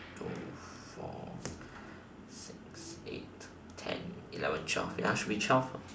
two four six eight ten eleven twelve ya should be twelve